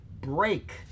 break